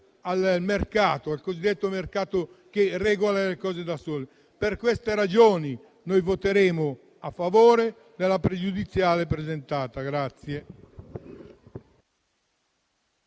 al mercato, al cosiddetto mercato che si regola da solo. Per queste ragioni noi voteremo a favore della pregiudiziale presentata.